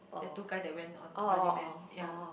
that two guy that went on Running Man yea